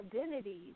identities